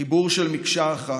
חיבור של מקשה אחת.